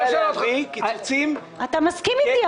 להביא קיצוצים -- אתה מסכים איתי,